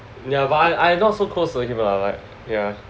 ya but I I not so close to him lah like ya